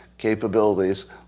capabilities